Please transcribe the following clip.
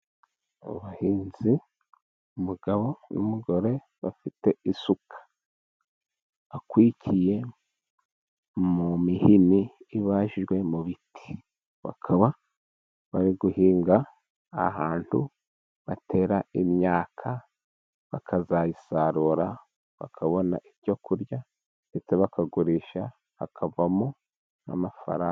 Abahinzi, umugabo n'umugore bafite amasuka akwikiye mu mihini ibajijwe mu biti, bakaba bari guhinga ahantu batera imyaka, bakazayisarura bakabona ibyo kurya ndetse bakagurisha hakavamo n'amafaranga.